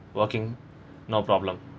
working no problem